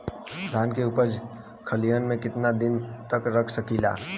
धान के उपज खलिहान मे कितना दिन रख सकि ला?